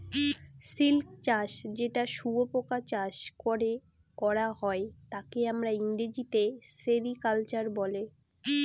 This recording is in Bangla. সিল্ক চাষ যেটা শুয়োপোকা চাষ করে করা হয় তাকে আমরা ইংরেজিতে সেরিকালচার বলে